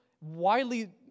widely